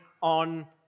on